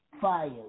Fire